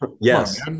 Yes